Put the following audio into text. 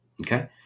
Okay